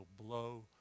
blow